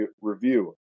Review